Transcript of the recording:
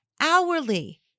hourly